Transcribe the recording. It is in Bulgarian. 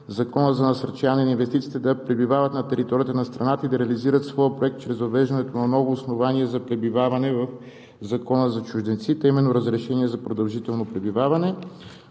Закона за насърчаване на инвестициите, да пребивават на територията на страната и да реализират своя проект чрез въвеждането на ново основание за пребиваване по Закона за чужденците, а именно разрешение за продължително пребиване;